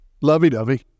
Lovey-dovey